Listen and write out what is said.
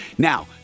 Now